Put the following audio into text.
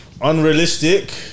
Unrealistic